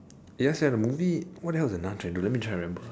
ya sia the movie what the hell is the nun sia let me try to remember